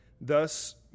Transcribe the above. Thus